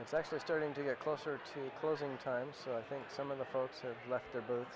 it's actually starting to get closer to closing time so i think some of the folks of lesser both